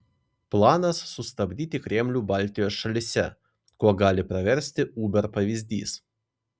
planas sustabdyti kremlių baltijos šalyse kuo gali praversti uber pavyzdys